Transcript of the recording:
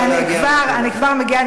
אני כבר מגיעה.